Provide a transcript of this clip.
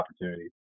opportunities